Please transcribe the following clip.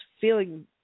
feeling